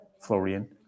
Florian